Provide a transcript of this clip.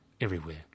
Everywhere